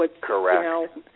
Correct